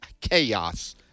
chaos